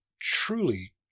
truly